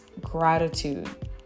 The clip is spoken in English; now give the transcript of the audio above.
gratitude